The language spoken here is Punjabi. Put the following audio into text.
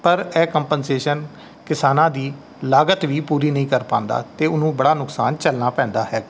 ਪਰ ਇਹ ਕੰਪਨਸ਼ੇਸ਼ਨ ਕਿਸਾਨਾਂ ਦੀ ਲਾਗਤ ਵੀ ਪੂਰੀ ਨਹੀਂ ਕਰ ਪਾਉਂਦਾ ਅਤੇ ਉਹਨੂੰ ਬੜਾ ਨੁਕਸਾਨ ਝੱਲਣਾ ਪੈਂਦਾ ਹੈ